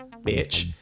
bitch